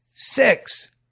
six.